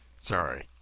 Sorry